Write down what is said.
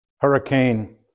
Hurricane